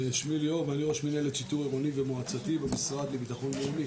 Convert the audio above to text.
שמי ליאור ואני ראש מינהלת שיטור עירוני ומועצתי במשרד לביטחון לאומי.